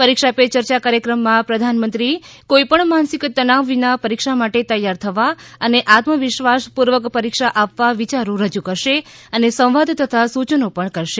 પરીક્ષા પે ચર્ચા કાર્યક્રમમાં પ્રધાનમંત્રી કોઈપણ માનસિક તનાવ વિના પરીક્ષા માટે તૈયાર થવા અને આત્મવિશ્વાસ પૂર્વક પરીક્ષા આપવા વિયારો રજ્જ કરશે અને સંવાદ તથા સૂચનો પણ કરશે